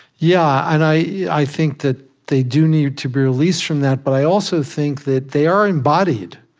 yeah, and i think that they do need to be released from that, but i also think that they are embodied.